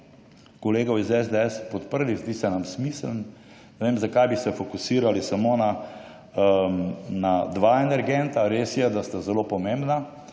kolegov iz SDS podprli. Zdi se nam smiseln. Ne vem zakaj bi se fokusirali samo na dva energenta. Res je, da sta zelo pomembna.